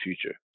future